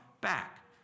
back